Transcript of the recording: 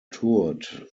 toured